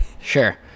sure